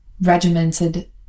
regimented